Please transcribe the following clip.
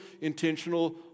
intentional